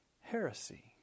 heresy